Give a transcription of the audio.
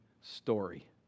story